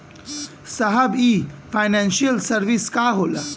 साहब इ financial service का होला?